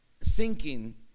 sinking